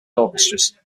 orchestras